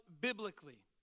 biblically